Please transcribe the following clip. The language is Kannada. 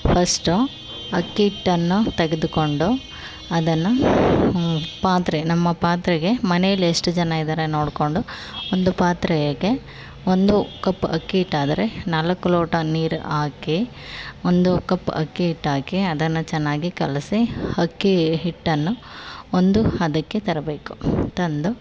ಫಸ್ಟು ಅಕ್ಕಿ ಹಿಟ್ಟನ್ನು ತೆಗೆದುಕೊಂಡು ಅದನ್ನು ಪಾತ್ರೆ ನಮ್ಮ ಪಾತ್ರೆಗೆ ಮನೆಯಲ್ಲಿ ಎಷ್ಟು ಜನ ಇದ್ದಾರೆ ನೋಡಿಕೊಂಡು ಒಂದು ಪಾತ್ರೆಗೆ ಒಂದು ಕಪ್ ಅಕ್ಕಿ ಹಿಟ್ಟಾದರೆ ನಾಲ್ಕು ಲೋಟ ನೀರು ಹಾಕಿ ಒಂದು ಕಪ್ ಅಕ್ಕಿ ಹಿಟ್ಟಾಕಿ ಅದನ್ನು ಚೆನ್ನಾಗಿ ಕಲಸಿ ಅಕ್ಕಿ ಹಿಟ್ಟನ್ನು ಒಂದು ಹದಕ್ಕೆ ತರಬೇಕು ತಂದು